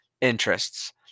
interests